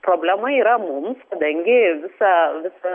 problema yra mums kadangi visa visa